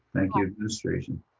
thank you administration.